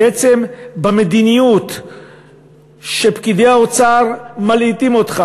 בעצם במדיניות שפקידי האוצר מלעיטים אותך